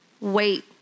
wait